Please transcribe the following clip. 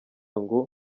ngo